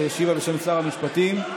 שהשיבה בשם שר המשפטים.